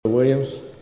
Williams